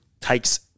takes